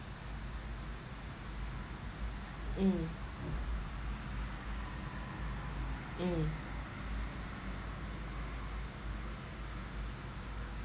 mm mm